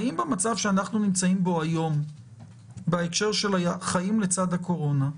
במצב שאנחנו נמצאים בו היום בהקשר של חיים לצד הקורונה,